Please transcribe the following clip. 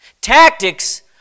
Tactics